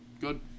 good